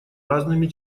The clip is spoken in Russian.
разными